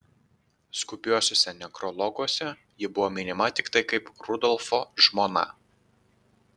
skubiuosiuose nekrologuose ji buvo minima tiktai kaip rudolfo žmona